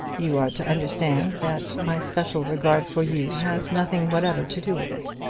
you are to understand that my special regard for you has nothing whatever to do with it.